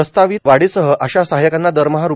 प्रस्तावित वाढीसह आशा सहाय्यकांना दरमहा रु